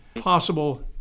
possible